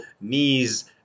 knees